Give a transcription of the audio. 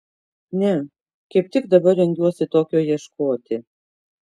ne kaip tik dabar rengiuosi tokio ieškoti